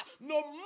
No